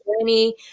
journey